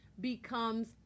becomes